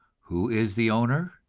who is the owner?